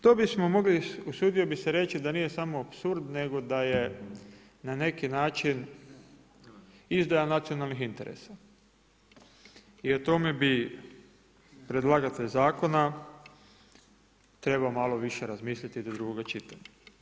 To bismo mogli usudio bih se reći da nije samo apsurd, nego da je na neki način izdaja nacionalnih interesa i o tome bi predlagatelj zakona trebao malo više razmisliti do drugoga čitanja.